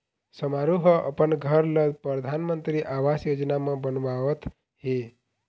समारू ह अपन घर ल परधानमंतरी आवास योजना म बनवावत हे